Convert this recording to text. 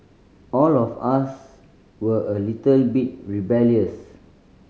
all of us were a little bit rebellious